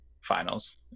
finals